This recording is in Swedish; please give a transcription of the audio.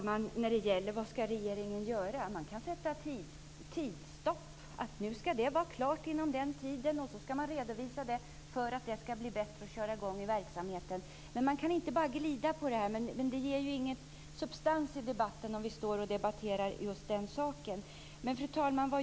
Fru talman! Vad skall regeringen göra? Regeringen kan sätta upp en sluttidpunkt. Det skall vara färdigt inom en viss tid och sedan skall det ske en redovisning. Det går inte att glida förbi frågorna. Det ger ingen substans i debatten att debattera just den saken. Fru talman!